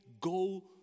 go